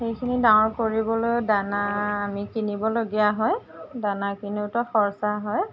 সেইখিনি ডাঙৰ কৰিবলৈ দানা আমি কিনিবলগীয়া হয় দানা কিনোঁতে খৰচা হয়